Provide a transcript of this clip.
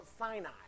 Sinai